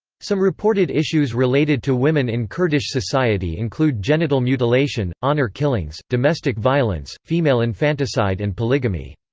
some reported issues related to women in kurdish society include genital mutilation, honor killings, domestic violence, female infanticide and polygamy.